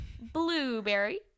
blueberry